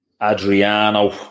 Adriano